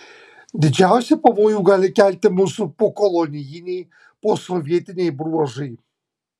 didžiausią pavojų gali kelti mūsų pokolonijiniai posovietiniai bruožai